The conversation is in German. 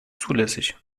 zulässig